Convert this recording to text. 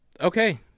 Okay